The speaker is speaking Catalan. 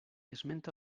esmenta